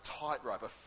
tightrope